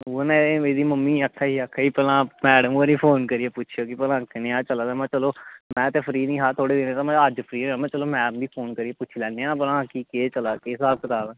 आक्खा दे उऐ ना एह्दी मम्मी आक्खा दी भला मैडम होरें गी फोन करियै पुच्छेओ की भला कनेहा चला दा में हा चलो में ते फ्री निं हा थोह्ड़े दिनें दा ते चलो अज्ज मैम गी फोन करियै पुच्छी लैने आं की केह् चला दा केह् स्हाब कताब